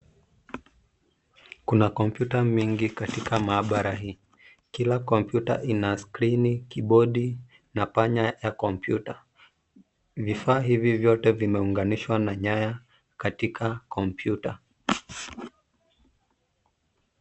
Kuna kompyuta mingi katika maabara hii. Kila kompyuta ina skrini, kibodi na panya ya kompyuta. Vifaa hivi vyote vimeunganishwa na nyaya katika kompyuta